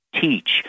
teach